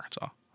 Arkansas